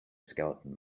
skeleton